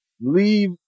leave